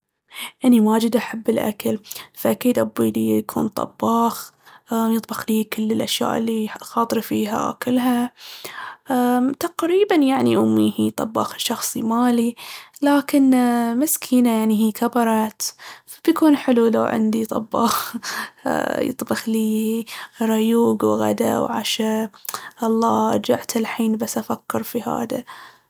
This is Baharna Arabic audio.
أني واجد أحب الأكل فأكيد أبي ليي يكون طباخ أ- يطبخ لي كل الأشياء اللي خاطري فيها آكلها. امم تقريباً يعني امي هي الطباخ الشخصي مالي، لكن مسكينة يعني هي كبرت، فبيكون حلو لو عندي طباخ يطبخ ليي ريوق وغدا وعشا. الله جعت الحين بس أفكر في هذا.